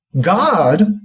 God